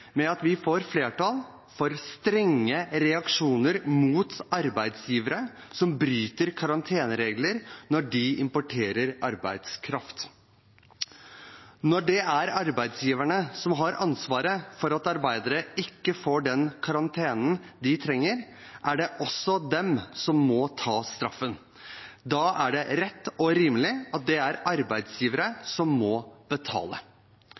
med at vi får flertall for strenge reaksjoner mot arbeidsgivere som bryter karanteneregler når de importerer arbeidskraft. Når det er arbeidsgiverne som har ansvaret når arbeidere ikke får den karantenen de trenger, er det også dem som må ta straffen. Da er det rett og rimelig at det er arbeidsgiverne som må betale.